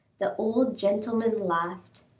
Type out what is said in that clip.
the old gentleman laughed.